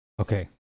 Okay